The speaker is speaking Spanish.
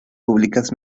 públicas